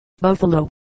Buffalo